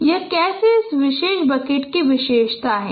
तो यह कैसे एक विशेष बकेट की विशेषता है